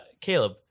caleb